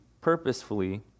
purposefully